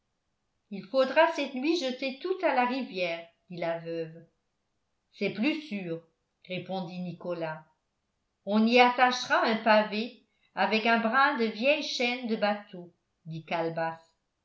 il faudra cette nuit jeter tout à la rivière dit la veuve c'est plus sûr répondit nicolas on y attachera un pavé avec un brin de vieille chaîne de bateau dit calebasse